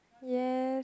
yes